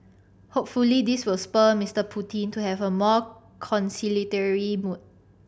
hopefully this will spur Mister Putin to have a more conciliatory mood